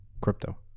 crypto